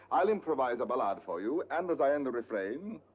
i'll improvise a ballad for you, and as i end the refrain.